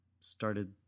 started